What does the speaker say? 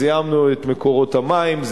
זיהמנו את מקורות המים,